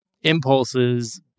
impulses